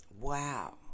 Wow